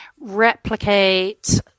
replicate